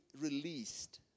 released